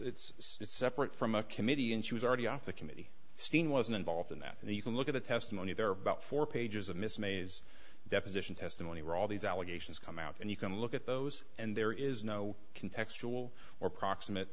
terminations it's separate from a committee and she was already off the committee steen wasn't involved in that and you can look at the testimony there are about four pages of miss may's deposition testimony were all these allegations come out and you can look at those and there is no can textual or proxim